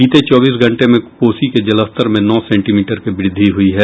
बीते चौबीस घंटे में कोसी के जलस्तर में नौ सेंटीमीटर की वृद्धि हुयी है